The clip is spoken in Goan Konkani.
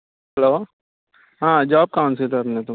हॅलो हां जॉब काउंन्सीलर न्हय तुमी